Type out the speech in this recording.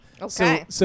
Okay